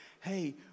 hey